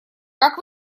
как